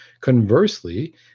Conversely